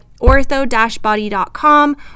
ortho-body.com